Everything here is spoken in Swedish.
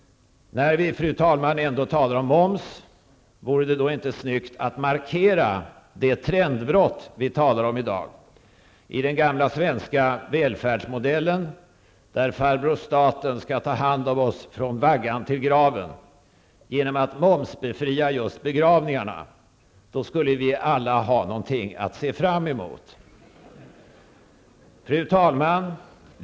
När vi, fru talman, ändå talar om moms, vore det nu inte då snyggt att markera det trendbrott som det talas om i den gamla svenska välfärdsmodellen, där farbror staten skall ta hand om oss från vaggan till graven, genom att momsbefria just begravningarna? Då skulle vi alla ha någonting att se fram emot. Fru talman!